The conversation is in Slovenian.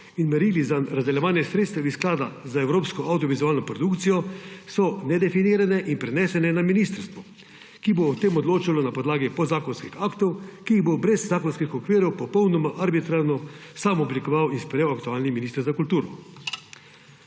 ter merili za razdeljevanje sredstev iz Sklada za evropsko avdiovizualno produkcijo, so nedefinirane in prenesene na ministrstvo, ki bo o tem odločalo na podlagi podzakonskih aktov, ki jih bo brez zakonskih okvirov popolnoma arbitrarno sam oblikoval in izpeljal aktualni minister za kulturo.